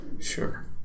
Sure